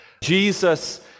Jesus